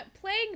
playing